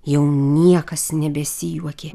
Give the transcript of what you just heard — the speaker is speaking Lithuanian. jau niekas nebesijuokė